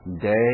day